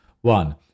One